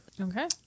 Okay